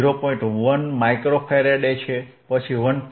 1 micro faraday છે પછી 1